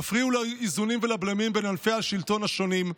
יפריעו לאיזונים ולבלמים בין ענפי השלטון השונים,